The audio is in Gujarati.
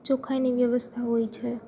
ચોખ્ખાઈની વ્યવસ્થા હોય છે